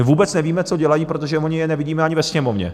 My vůbec nevíme, co dělají, protože je nevidíme ani ve Sněmovně.